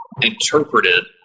interpreted